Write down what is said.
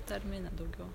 tarmine daugiau